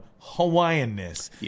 Hawaiian-ness